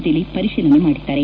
ದಿಲೀಪ್ ಪರಿಶೀಲನೆ ಮಾಡಿದ್ದಾರೆ